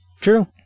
true